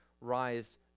rise